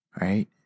Right